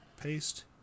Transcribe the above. paste